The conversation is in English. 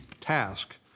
task